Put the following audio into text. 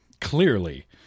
Clearly